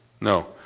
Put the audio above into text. No